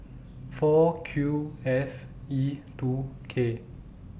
four Q F E two K